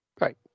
Right